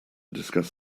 discuss